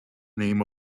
name